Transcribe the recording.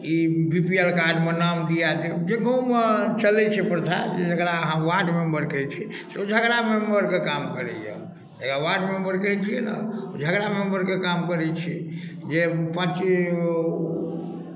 ई B P L कार्डमे नाम दिया देब जे गाँवमे चलै छै प्रथा जेकरा अहाँ वार्ड मेंबर कहै छियै से ओ झगड़ा मेंबरके काम करैया जेकरा वार्ड मेंबर कहै छियै ने ओ झगड़ा मेंबरके काम करै छै जे पॅंच